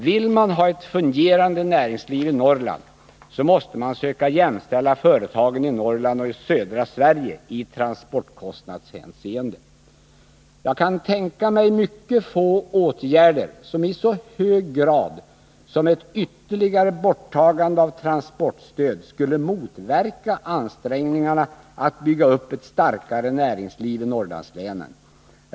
Vill man ha ett fungerande näringsliv i Norrland, måste man söka jämställa företagen i Norrland och i södra Sverige i transportkostnadshänseende. Jag kan tänka mig mycket få åtgärder som i så hög grad som ett ytterligare borttagande av transportstöd skulle motverka ansträngningarna att bygga upp ett starkare näringsliv i norrlandslänen.